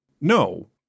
No